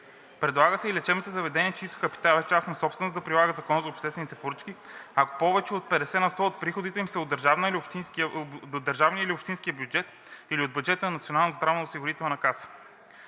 Предлага се и лечебните заведения, чийто капитал е частна собственост, да прилагат Закона за обществените поръчки, ако повече от 50 на 100 от приходите им са от държавния или общинския бюджет, или от бюджета на